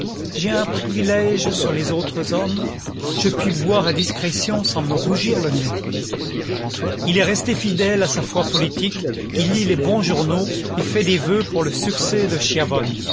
j'ai un privilège sur les autres hommes je puis boire à discrétion sans me rougir le nez il est resté fidèle à sa foi politique il lit les bons journaux et fait des vœux pour le succès de